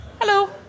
Hello